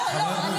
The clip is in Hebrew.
בואו נראה לאן עוד